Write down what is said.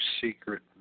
secret